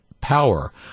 power